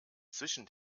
zwischen